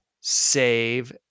save